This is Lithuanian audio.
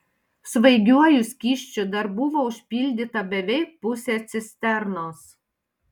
svaigiuoju skysčiu dar buvo užpildyta beveik pusė cisternos